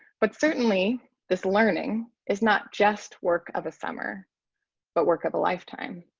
but certainly this learning is not just work of a summer but work of a lifetime.